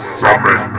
summon